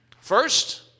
First